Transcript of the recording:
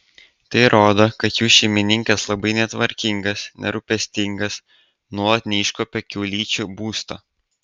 tai rodo kad jų šeimininkas labai netvarkingas nerūpestingas nuolat neiškuopia kiaulyčių būsto